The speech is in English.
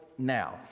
Now